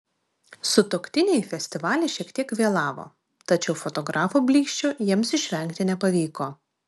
sutuoktiniai į festivalį šiek tiek vėlavo tačiau fotografų blyksčių jiems išvengti nepavyko